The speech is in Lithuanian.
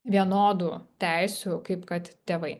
vienodų teisių kaip kad tėvai